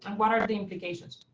and what are the implications?